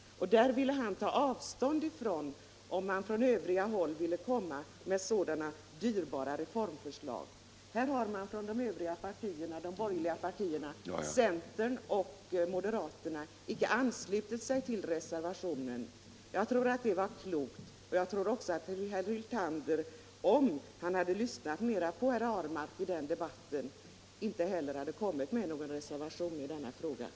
Han ville ta avstånd från dyrbara reformförslag som kunde framläggas från andra håll. Representanterna för de övriga borgerliga partierna, centern och moderaterna, har inte anslutit sig till reservationen 2. Jag tror att det var klokt. Jag tror också att herr Hyltander inte hade reserverat sig i den här frågan, om han. hade lyssnat mera på herr Ahlmark i den debatten.